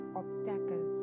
obstacle